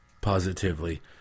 positively